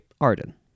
Arden